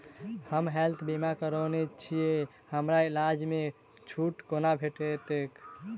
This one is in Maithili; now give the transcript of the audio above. हम हेल्थ बीमा करौने छीयै हमरा इलाज मे छुट कोना भेटतैक?